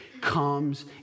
comes